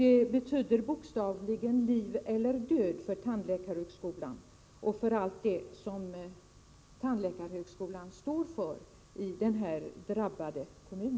Det betyder bokstavligen liv eller död för tandläkarhögskolan och för allt det som den står för i denna drabbade kommun.